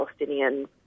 Palestinians